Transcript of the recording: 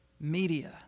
Media